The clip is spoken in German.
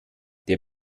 der